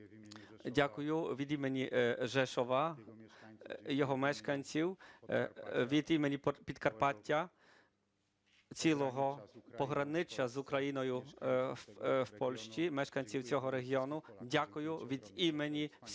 Дякую від імені Жешува, його мешканців, від імені Підкарпаття, цілого пограниччя з Україною в Польщі, мешканців цього регіону. Дякую від імені всіх